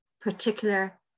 particular